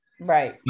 right